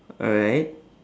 alright